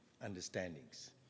understandings